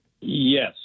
Yes